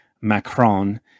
Macron